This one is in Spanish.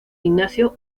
ignacio